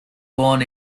born